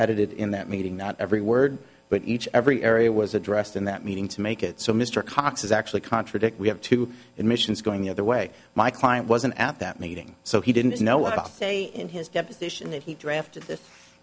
edited in that meeting not every word but each every area was addressed in that meeting to make it so mr cox is actually contradict we have two emissions going the other way my client was in at that meeting so he didn't know about say in his deposition that he drafted